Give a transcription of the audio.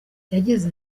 yagize